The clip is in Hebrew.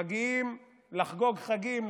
מגיעים לחגוג חגים,